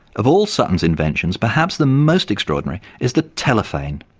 of all sutton's inventions perhaps the most extraordinary is the telephane.